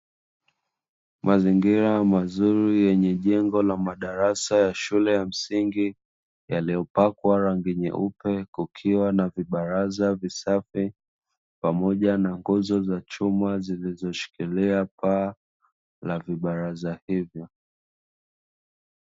Mazingira mazuri yenye jengo na madarasa ya shule ya msingi ,yaliopakwa rangi nyeupe kukiwa na vibaraza visafi pamoja na nguzo za chuma zilizoshikilia paa la vibaraza hivyo.